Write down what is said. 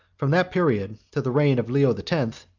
from that period to the reign of leo the tenth,